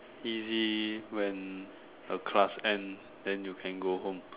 easy when a class end then you can go home